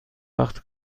وقت